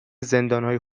زندانهای